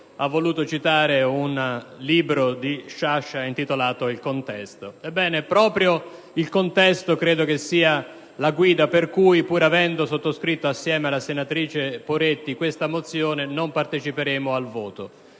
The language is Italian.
ha voluto citare un libro di Sciascia intitolato «Il contesto». Ebbene, proprio il contesto credo sia la guida per cui, pur avendo sottoscritto, io e la senatrice Poretti la mozione [1-00043, non parteciperemo al